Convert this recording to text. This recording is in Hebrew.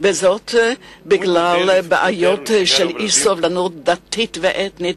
בגלל בעיות של אי-סובלנות דתית ואתנית.